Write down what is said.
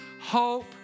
hope